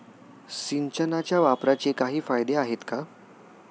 सिंचनाच्या वापराचे काही फायदे आहेत का?